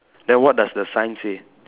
then what does the sign say